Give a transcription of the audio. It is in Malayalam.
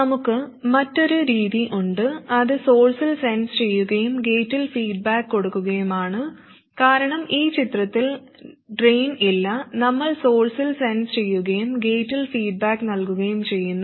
നമുക്ക് മറ്റൊരു രീതി ഉണ്ട് അത് സോഴ്സിൽ സെൻസ് ചെയ്യുകയും ഗേറ്റിൽ ഫീഡ്ബാക്ക് കൊടുക്കുകയുമാണ് കാരണം ഈ ചിത്രത്തിൽ ഡ്രെയിൻ ഇല്ല നമ്മൾ സോഴ്സിൽ സെൻസ് ചെയ്യുകയും ഗേറ്റിൽ ഫീഡ്ബാക്ക് നൽകുകയും ചെയ്യുന്നു